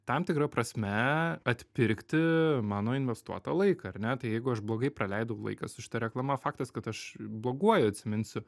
tam tikra prasme atpirkti mano investuotą laiką ar ne tai jeigu aš blogai praleidau laiką su šita reklama faktas kad aš bloguoju atsiminsiu